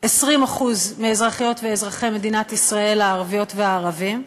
20% מאזרחיות ואזרחי מדינת ישראל הערביות והערבים,